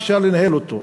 אפשר לנהל אותו,